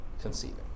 conceiving